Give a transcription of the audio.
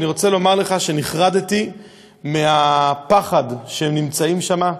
ואני רוצה לומר לך שנחרדתי מהפחד שבו הם נמצאים שם,